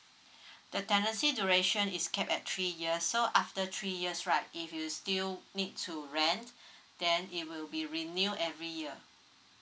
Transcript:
the tenancy duration is capped at three years so after three years right if you still need to rent then it will be renewed every year